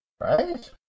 right